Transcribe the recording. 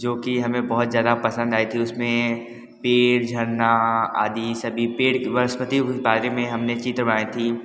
जो कि हमें बहुत ज़्यादा पसंद आई थी उसमें पेड़ झरना आदि सभी पेड़ बारे में हमने चित्र बनाई थी